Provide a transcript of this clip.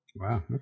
Wow